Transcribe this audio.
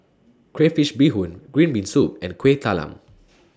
Crayfish Beehoon Green Bean Soup and Kuih Talam